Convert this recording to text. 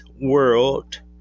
world